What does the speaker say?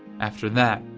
after that,